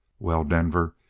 well, denver,